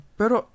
pero